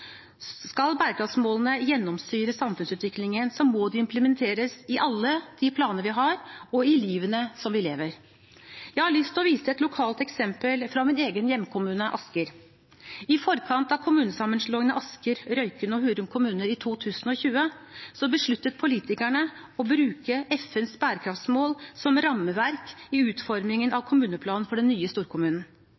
Skal bærekraftsmålene gjennomsyre samfunnsutviklingen, må de implementeres i alle de planer vi har, og i livet vi lever. Jeg har lyst til å vise til et lokalt eksempel fra min egen hjemkommune, Asker. I forkant av kommunesammenslåingen av Asker, Røyken og Hurum kommuner i 2020 besluttet politikerne å bruke FNs bærekraftsmål som rammeverk i utformingen av